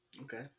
Okay